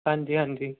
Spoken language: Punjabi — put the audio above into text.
ਹਾਂਜੀ ਹਾਂਜੀ